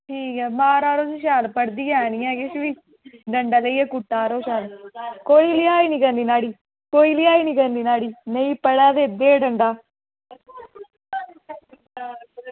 ठीक ऐ मारा करो इसी शैल पढ़दी ऐ निं ऐ एह् डंडा लेइयै कुट्टा करो शैल कोई लिहाज़ निं करनी न्हाड़ी कोई लिहाज़ निं करनी न्हाड़ी नेईं पढ़े ते दे डंडा